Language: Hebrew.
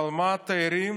אבל מה, תיירים